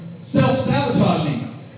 Self-sabotaging